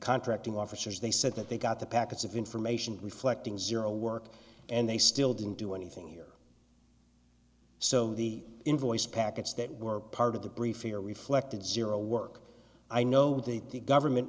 contracting officers they said that they got the packets of information reflecting zero work and they still didn't do anything here so the invoice packets that were part of the briefing are reflected zero work i know what the government